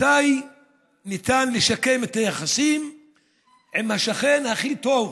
ממתי ניתן לשקם את היחסים עם השכן הכי טוב